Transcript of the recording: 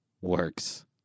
works